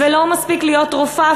ולא מספיק להיות רופאה,